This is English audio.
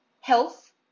health